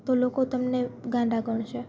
તો લોકો તમને ગાંડા ગણશે